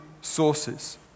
sources